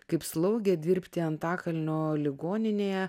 kaip slaugė dirbti antakalnio ligoninėje